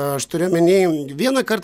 aš turiu omeny vieną kart